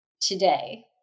today